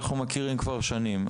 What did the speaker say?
אנחנו מכירים כבר שנים.